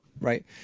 right